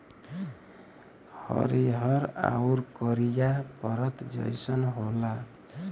हरिहर आउर करिया परत जइसन होला